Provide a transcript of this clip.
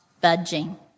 budging